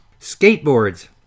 Skateboards